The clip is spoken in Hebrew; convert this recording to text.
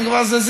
הם כבר זזים,